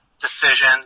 decision